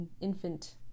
infant